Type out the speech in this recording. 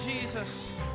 Jesus